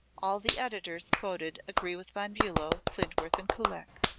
all the editors quoted agree with von bulow, klindworth and kullak.